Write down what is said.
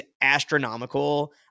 astronomical